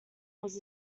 was